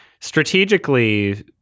strategically